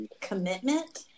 commitment